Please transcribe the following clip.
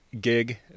gig